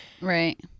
Right